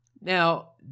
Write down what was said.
Now